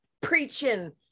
preaching